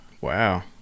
Wow